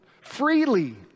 freely